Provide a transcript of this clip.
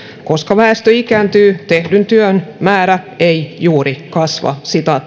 koska väestö ikääntyy tehdyn työn määrä ei juuri kasva